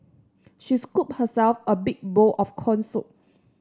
she scooped herself a big bowl of corn soup